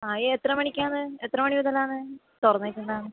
ആ ഏയ് എത്ര മണിക്കാണ് എത്ര മണി മുതൽ ആണ് തുറന്നേക്കുന്നത്